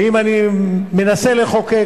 ואם אני מנסה לחוקק,